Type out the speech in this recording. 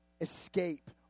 escape